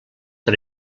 per